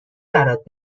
برات